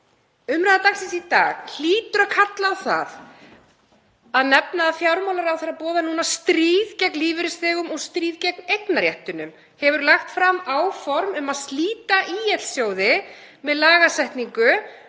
Umræða dagsins í dag hlýtur að kalla á það að nefna að fjármálaráðherra boðar núna stríð gegn lífeyrisþegum og stríð gegn eignarréttinum, hefur lagt fram áform um að slíta ÍL-sjóði með lagasetningu,